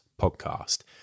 Podcast